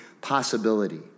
possibility